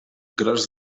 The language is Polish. grasz